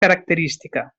característica